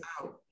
out